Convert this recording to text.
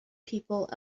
people